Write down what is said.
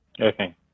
Okay